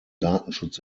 datenschutz